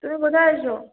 তুমি কোথায় আছ